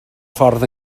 ffordd